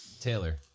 Taylor